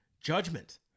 Judgment